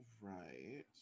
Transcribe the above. right